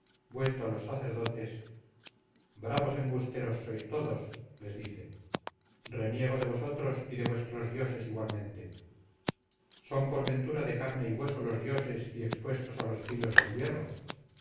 vuelto a los sacerdotes bravos embusteros sois todos les dice reniego de vosotros y de vuestros dioses igualmente son por ventura de carne y hueso los dioses y expuestos a los filos del hierro